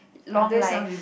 long life